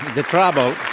the problem